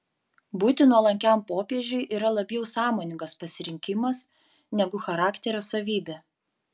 būti nuolankiam popiežiui yra labiau sąmoningas pasirinkimas negu charakterio savybė